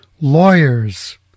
lawyers